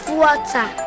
water